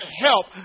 help